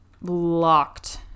locked